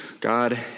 God